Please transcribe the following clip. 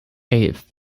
eight